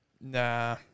nah